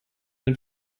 den